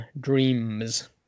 dreams